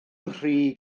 nghri